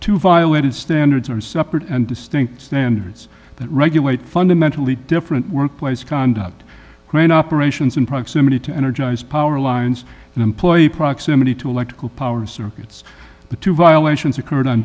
to violated standards are separate and distinct standards that regulate fundamentally different workplace conduct ground operations and proximity to energize power lines employee proximity to electrical power circuits the two violations occurred on